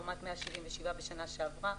לעומת 177 בשנה שעברה,